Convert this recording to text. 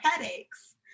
headaches